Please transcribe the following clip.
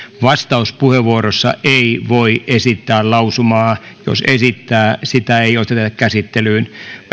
vastauspuheenvuorossa ei voi esittää lausumaa jos esittää sitä ei oteta käsittelyyn